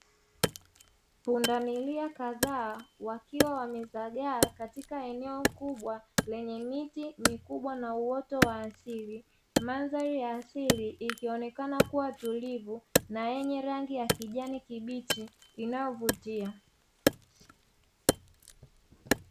Pundamilia kadhaa wakiwa wamezagaa katika eneo kubwa lenye miti mikubwa na uoto wa asili. Mandhari ya asili ikionekana kuwa tulivu na yenye rangi ya kijani kibichi inayovutia.